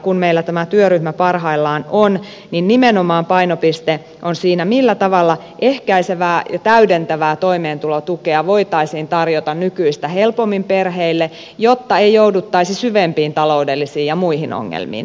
kun meillä tämä työryhmä parhaillaan on niin nimenomaan painopiste on siinä millä tavalla ehkäisevää ja täydentävää toimeentulotukea voitaisiin tarjota nykyistä helpommin perheille jotta ei jouduttaisi syvempiin taloudellisiin ja muihin ongelmiin